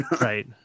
Right